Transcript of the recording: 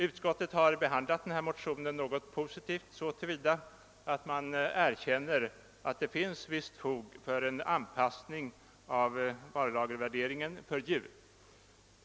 Utskottet har behandlat denna motion ganska positivt så till vida att utskottet erkänner att det finns ett visst fog för en anpassning av varulagervärderingen för djur.